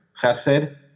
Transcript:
Chesed